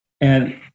And-